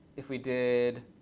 if we did